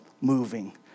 moving